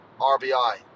RBI